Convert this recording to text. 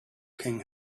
king